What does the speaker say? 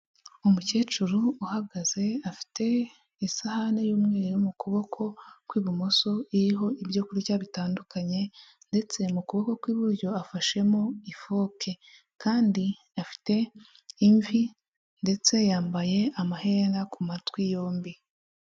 Umukecuru uhagaze afite isahani y'umweru mu kuboko kw'ibumoso, iriho ibyo kurya bitandukanye ndetse mu kuboko kw'iburyo afashemo ifoke. Kandi afite imvi ndetse yambaye amaherena ku matwi yombi.